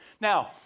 Now